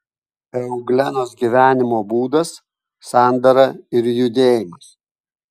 euglenos gyvenimo būdas sandara ir judėjimas